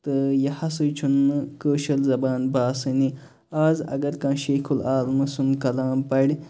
تہٕ یہِ ہسا چھُنہٕ کٲشِر زبان باسٲنی اَز اَگر کانٛہہ شیخ اُلعالمس سُنٛد کلام پَرِ